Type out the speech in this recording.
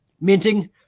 minting